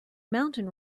mountain